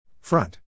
Front